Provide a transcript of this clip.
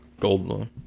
Goldblum